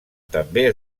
també